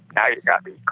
now you've got me